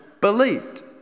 believed